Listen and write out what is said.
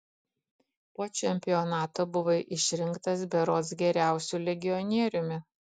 po čempionato buvai išrinktas berods geriausiu legionieriumi